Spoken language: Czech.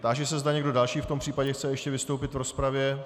Táži se, zda někdo další v tom případě chce ještě vystoupit v rozpravě.